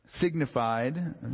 signified